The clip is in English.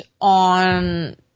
on